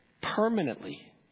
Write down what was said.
permanently